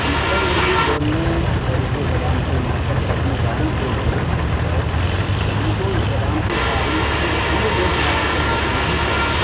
ہم سب اردو بولنے اردو زبان سے محبت رکھنے والوں کے لیے ہے کہ ہم کو اس زبان کی تاریخ سے کم و بیش واقفیت رکھنی ہی چاہیے